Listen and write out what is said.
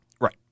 Right